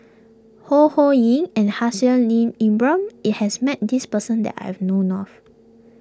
Ho Ho Ying and Haslir Ibrahim it has met this person that I've known of